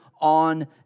on